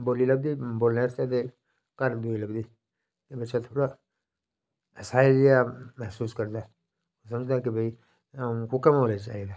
बोलने आस्तै ते घर बच्चा थोह्ड़ा असहज जेहा समझदा के भाई